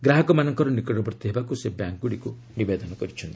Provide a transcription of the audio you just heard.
ଗ୍ରାହକମାନଙ୍କର ନିକଟବର୍ତ୍ତୀ ହେବାକୁ ସେ ବ୍ୟାଙ୍କ୍ଗୁଡ଼ିକୁ ନିବେଦନ କରିଛନ୍ତି